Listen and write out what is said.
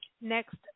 next